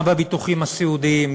גם בביטוחים הסיעודיים,